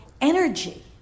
energy